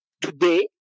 Today